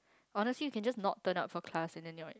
honestly you can just not turn up for class and then your